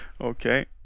Okay